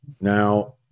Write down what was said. Now